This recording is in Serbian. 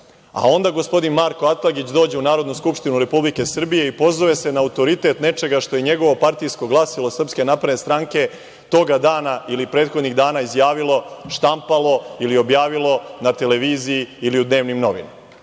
a onda gospodin Marko Atlagić dođe u Narodnu skupštinu Republike Srbije i pozove se na autoritet nečega što je njegovo partijsko glasilo SNS toga dana ili prethodnih dana izjavilo, štampalo ili objavilo na televiziji ili u dnevnim novinama. Dakle,